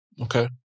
okay